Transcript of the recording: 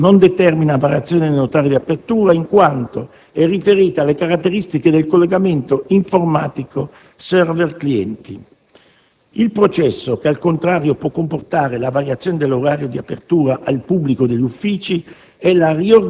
uffici, non determina variazione nell'orario di apertura, in quanto è riferita alle caratteristiche del collegamento informatico *server*-clienti. II processo che, al contrario, può comportare la variazione dell'orario di apertura al pubblico degli uffici